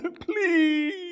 please